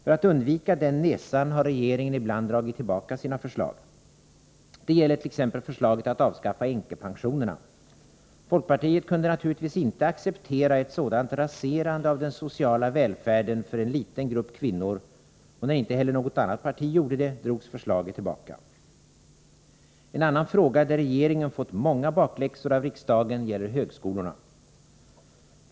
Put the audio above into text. För att undvika den nesan har regeringen ibland dragit tillbaka sina förslag. Det gäller t.ex. förslaget att avskaffa änkepensionerna. Folkpartiet kunde naturligtvis inte acceptera ett sådant raserande av den sociala välfärden för en liten grupp kvinnor, och när inte heller något annat parti gjorde det drogs förslaget tillbaka. En annan fråga där regeringen fått många bakläxor av riksdagen är högskolorna.